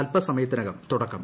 അൽപ്പസമയത്തിനകം തുടക്കം